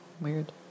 Weird